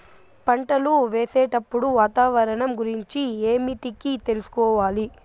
పంటలు వేసేటప్పుడు వాతావరణం గురించి ఏమిటికి తెలుసుకోవాలి?